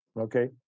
Okay